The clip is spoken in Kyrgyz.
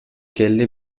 келди